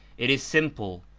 it is simple,